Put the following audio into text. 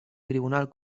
tribunal